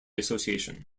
association